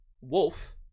Wolf